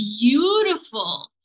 beautiful